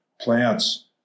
plants